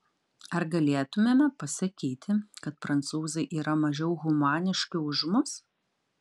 ar galėtumėme pasakyti kad prancūzai yra mažiau humaniški už mus